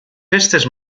festes